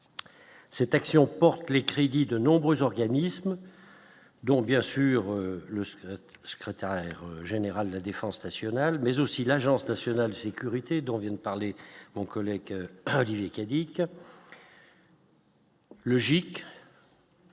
cette action porte les crédits de nombreux organismes dont, bien sûr, le secrétaire général de la défense nationale, mais aussi l'Agence nationale sécurité dont vient de parler donc Lake Olivier Cadic cap.